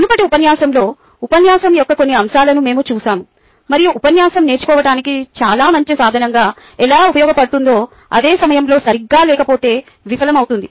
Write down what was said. మునుపటి ఉపన్యాసంలో ఉపన్యాసం యొక్క కొన్ని అంశాలను మేము చూశాము మరియు ఉపన్యాసం నేర్చుకోవటానికి చాలా మంచి సాధనంగా ఎలా ఉపయోగపడ్తుందో అదే సమయంలో సరిగ్గా లేకపోతే విఫలమవ్తుంది